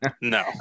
no